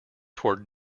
toward